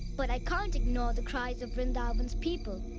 but i can't ignore the cries of vrindavan's people!